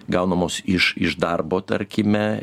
gaunamos iš iš darbo tarkime